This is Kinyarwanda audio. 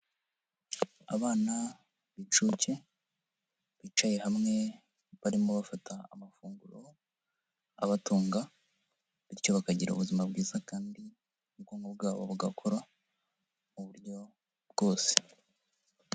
Abana b'incuke bicaye hamwe barimo bafata amafunguro abatunga bityo bakagira ubuzima bwiza kandi n'ubwonko bwabo bugakora mu buryo bwose.